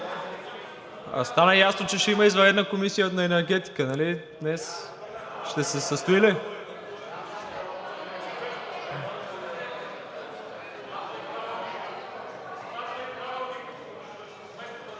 Стана ясно, че ще има извънредна Комисия по енергетика, нали, днес? Ще се състои ли?